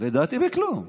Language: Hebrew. לדעתי בכלום.